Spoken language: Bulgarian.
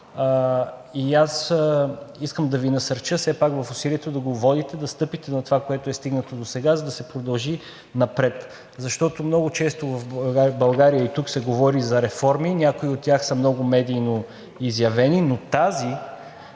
и аз искам да Ви насърча в усилието да го водите, да стъпите на това, което е постигнато досега, за да се продължи напред. Защото много често в България и тук се говори за реформи – някои от тях са много медийноизявени, но тази